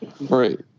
right